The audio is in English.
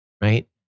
right